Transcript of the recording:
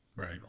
right